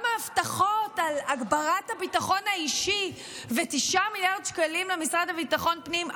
גם ההבטחות להגברת הביטחון האישי ו-9 מיליארד שקלים למשרד לביטחון פנים,